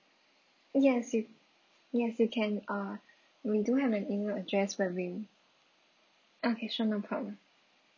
yes you yes you can uh we do have an email address where we okay sure no problem